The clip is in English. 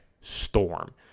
Storm